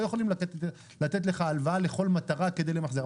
יכולים לתת לך הלוואה לכל מטרה כדי למחזר.